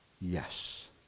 yes